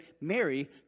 Mary